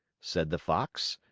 said the fox,